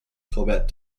corbett